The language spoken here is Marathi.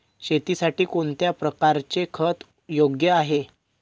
शेतीसाठी कोणत्या प्रकारचे खत योग्य आहे?